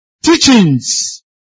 teachings